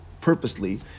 purposely